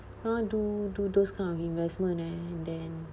!huh! do do those kind of investment and then